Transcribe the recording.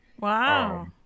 wow